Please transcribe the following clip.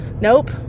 nope